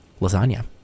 Lasagna